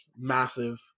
massive